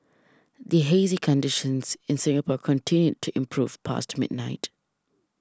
the hazy conditions in Singapore continued to improve past midnight